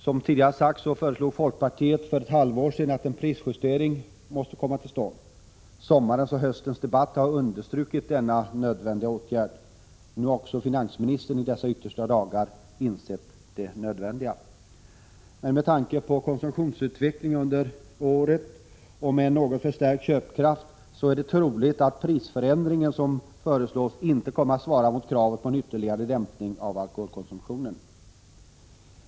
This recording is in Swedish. Som tidigare sagts föreslog folkpartiet redan för ett halvår sedan att en prisjustering måste ske. Sommarens och höstens debatt har understrukit denna nödvändiga åtgärd. Nu har också finansministern i dessa yttersta dagar insett det nödvändiga i detta. Med tanke på konsumtionsutvecklingen under året och en något förstärkt köpkraft är det dock troligt att den prisförändring som föreslås inte kommer att svara mot kravet på en ytterligare dämpning av alkoholkonsumtionen.